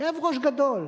כאב ראש גדול,